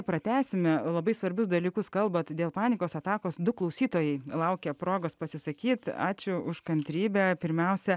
pratęsime labai svarbius dalykus kalba todėl panikos atakos du klausytojai laukia progos pasisakyti ačiū už kantrybę pirmiausia